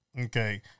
Okay